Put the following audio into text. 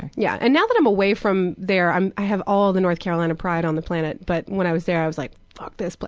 and yeah and now that i'm away from there, i have all the north carolina pride on the planet. but when i was there, i was like, fuck this but